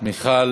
מיכל